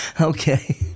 Okay